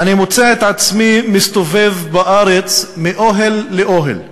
אני מוצא את עצמי מסתובב בארץ מאוהל לאוהל.